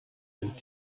sind